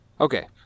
Okay